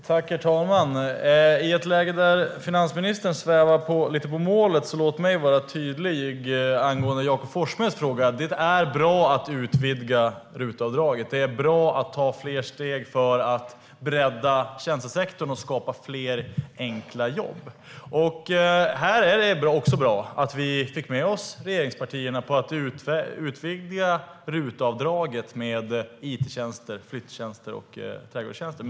Herr talman! I ett läge där finansministern svävar på målet, låt mig vara tydlig angående Jakob Forssmeds fråga. Det är bra att utvidga RUT-avdraget. Det är bra att ta fler steg för att bredda tjänstesektorn och skapa fler enkla jobb. Här är det också bra att vi fick med oss regeringspartierna på att utvidga RUT-avdraget med it-tjänster, flyttjänster och trädgårdstjänster.